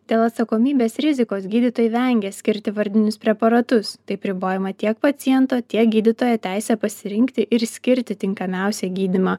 dėl atsakomybės rizikos gydytojai vengia skirti vardinius preparatus taip ribojama tiek paciento tiek gydytojo teisė pasirinkti ir skirti tinkamiausią gydymą